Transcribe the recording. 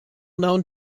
known